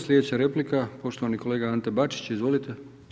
Sljedeća replika poštovani kolega Ante Bačić, izvolite.